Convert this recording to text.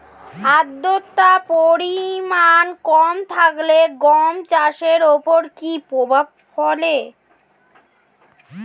আদ্রতার পরিমাণ কম থাকলে গম চাষের ওপর কী প্রভাব ফেলে?